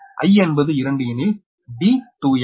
I என்பது 2 எனில் d2m